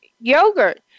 yogurt